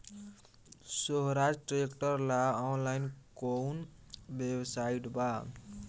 सोहराज tractor ला online कोउन website बा?